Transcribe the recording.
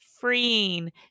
freeing